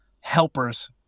helpers